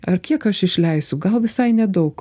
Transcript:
ar kiek aš išleisiu gal visai nedaug